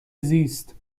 زیست